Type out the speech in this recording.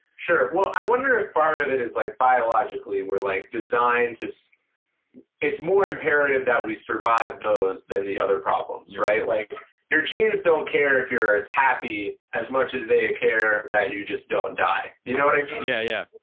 sure, well, i wonder if part of it is like biologically were like designed, it's more imperative that we survive those than the other problems, right. like your genes don't care if you're happy as much as they ah care that you just don't die, you know what i mean yeah, yeah